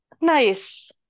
nice